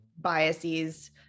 biases